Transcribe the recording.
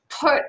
put